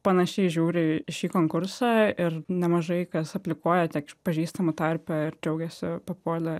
panašiai žiūri į šį konkursą ir nemažai kas aplikuoja tiek iš pažįstamų tarpe ir džiaugiasi papuolė